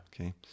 Okay